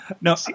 No